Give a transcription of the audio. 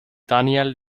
daniel